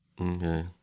Okay